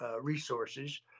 resources